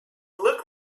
looked